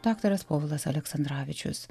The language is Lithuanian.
daktaras povilas aleksandravičius